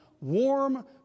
warm